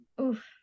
oof